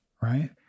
Right